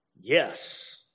Yes